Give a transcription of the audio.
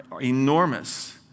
enormous